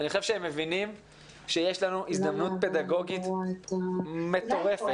אני חושב שהם מבינים שיש לנו הזדמנות פדגוגית מטורפת,